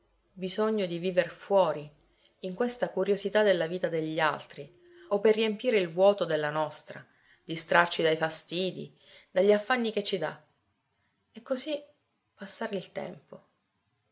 bisogno di viver fuori in questa curiosità della vita degli altri o per riempire il vuoto della nostra distrarci dai fastidi dagli affanni che ci dà e così passare il tempo